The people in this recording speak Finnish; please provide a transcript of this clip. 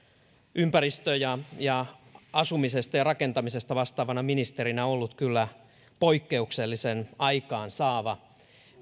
ympäristöstä asumisesta ja rakentamisesta vastaavana ministerinä ollut kyllä poikkeuksellisen aikaansaava